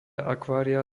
akvária